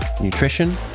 nutrition